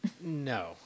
no